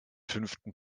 fünften